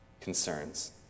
concerns